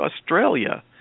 Australia